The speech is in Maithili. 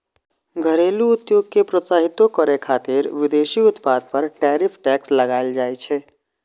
घरेलू उद्योग कें प्रोत्साहितो करै खातिर विदेशी उत्पाद पर टैरिफ टैक्स लगाएल जाइ छै